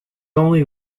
only